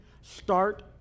start